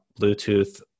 Bluetooth